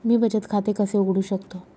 मी बचत खाते कसे उघडू शकतो?